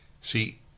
See